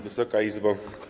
Wysoka Izbo!